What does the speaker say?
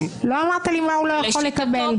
לא אמרת מה הוא לא יכול לקבל.